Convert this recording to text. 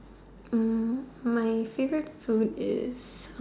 Hm my favourite food is